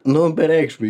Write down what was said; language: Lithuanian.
nu bereikšmiai